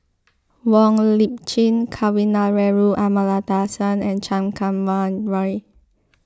Wong Lip Chin Kavignareru Amallathasan and Chan Kum Wah Roy